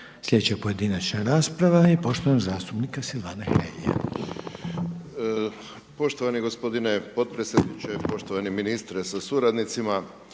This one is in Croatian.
Sljedeća pojedinačna rasprava je poštovanog zastupnika Silvana Hrelje.